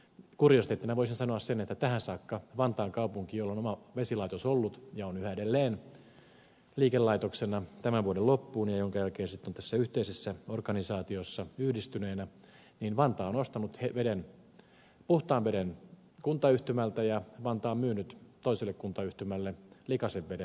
kuriositeettina voisin sanoa sen että tähän saakka vantaan kaupunki jolla on oma vesilaitos ollut ja on yhä edelleen liikelaitoksena tämän vuoden loppuun minkä jälkeen se on sitten tässä yhteisessä organisaatiossa yhdistyneenä on ostanut puhtaan veden kuntayhtymältä ja myynyt toiselle kuntayhtymälle likaisen veden